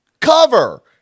COVER